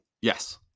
yes